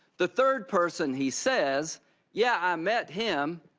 the third person he says yeah, i met him.